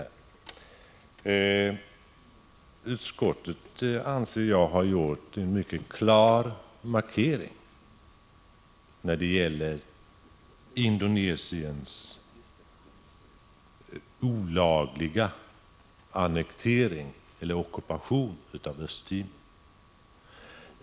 Jag anser att utskottet har gjort en mycket klar markering när det gäller Indonesiens olagliga annektering eller ockupation av Östtimor.